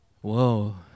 Whoa